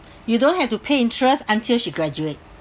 you don't have to pay interest until she graduate